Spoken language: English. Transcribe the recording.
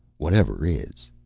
whatever is,